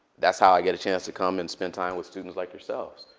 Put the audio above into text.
that's how i get a chance to come and spend time with students like yourselves.